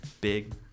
Big